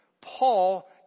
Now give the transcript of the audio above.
Paul